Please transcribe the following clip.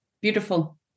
Beautiful